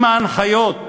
אם ההנחיות,